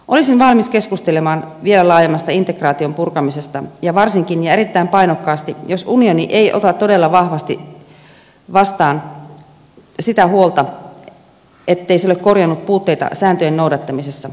olisin valmis keskustelemaan vielä laajemmasta integraation purkamisesta ja varsinkin ja erittäin painokkaasti jos unioni ei ota todella vahvasti vastaan sitä huolta ettei se ole korjannut puutteita sääntöjen noudattamisessa